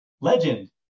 Legend